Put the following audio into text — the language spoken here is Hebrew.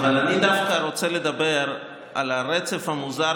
אבל אני דווקא רוצה לדבר על הרצף המוזר